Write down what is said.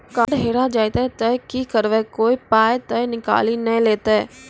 Card हेरा जइतै तऽ की करवै, कोय पाय तऽ निकालि नै लेतै?